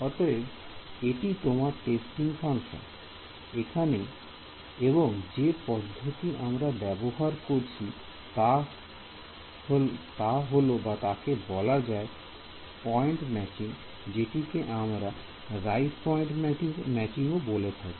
অতএব এটি তোমার টেস্টিং ফাংশন এইখানে এবং যে পদ্ধতি আমরা ব্যবহার করেছি তা বলা হয়েছে পয়েন্ট ম্যাচিং যেটিকে আমরা রাইট পয়েন্ট ম্যাচিং ও বলেছি